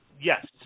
Yes